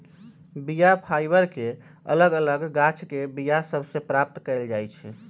बीया फाइबर के अलग अलग गाछके बीया सभ से प्राप्त कएल जाइ छइ